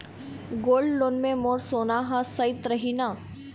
Gold loan मे मोर सोना हा सइत रही न?